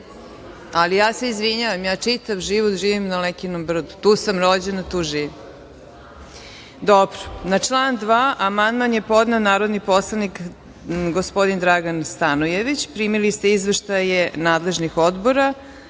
ali ja se izvinjavam, ja čitav život živim na Lekinom Brdu, tu sam rođena, tu živim. Na član 2. amandman je podneo narodni poslanik Dragan Stanojević. Primili ste izveštaje nadležnih odbora,